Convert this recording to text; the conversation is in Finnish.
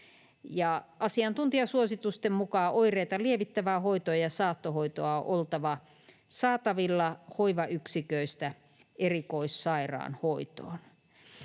asiantuntijasuositusten mukaan oireita lievittävää hoitoa ja saattohoitoa on oltava saatavilla hoivayksiköistä erikoissairaanhoitoon.